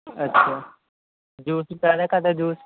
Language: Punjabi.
ਅੱਛਾ ਜੂਸ ਕਾਹਦਾ ਕਾਹਦਾ ਜੂਸ